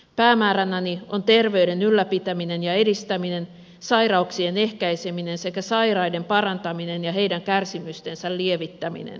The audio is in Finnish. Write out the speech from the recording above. päämääränäni on terveyden ylläpitäminen ja edistäminen sairauksien ehkäiseminen sekä sairaiden parantaminen ja heidän kärsimystensä lievittäminen